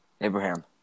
Abraham